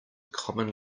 common